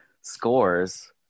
scores